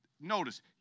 Notice